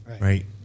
right